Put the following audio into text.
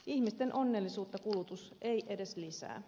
ihmisten onnellisuutta kulutus ei edes lisää